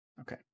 Okay